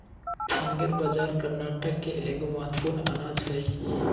finger बाजरा कर्नाटक के एगो महत्वपूर्ण अनाज हइ